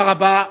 תודה רבה.